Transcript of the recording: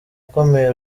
ukomeye